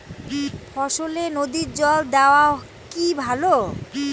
ফসলে নদীর জল দেওয়া কি ভাল?